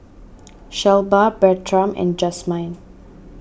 Shelba Bertram and Jazmyne